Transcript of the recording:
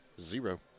zero